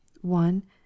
one